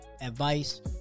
Advice